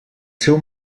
seu